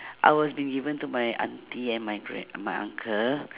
I was being given to my aunty and my grand~ and my uncle